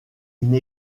une